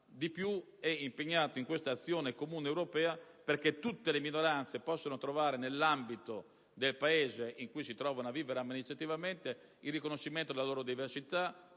ma ancor più in questa azione comune europea perché tutte le minoranze possano trovare nell'ambito del Paese in cui si trovano a vivere amministrativamente il riconoscimento della loro diversità,